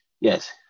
Yes